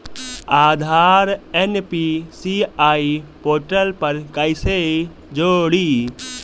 आधार NPCI portal पर कईसे जोड़ी?